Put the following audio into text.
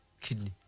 kidney